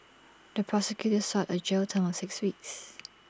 the prosecutor sought A jail term of six weeks